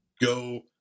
go